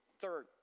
Third